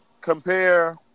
compare